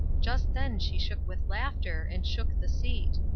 just then she shook with laughter and shook the seat.